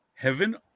Heaven